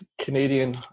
Canadian